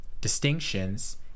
distinctions